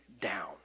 down